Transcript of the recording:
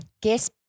guess